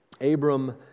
Abram